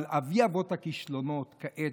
אבל אבי-אבות הכישלונות כעת,